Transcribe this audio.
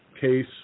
case